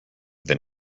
than